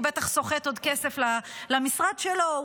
הוא בטח סוחט כסף למשרד שלו.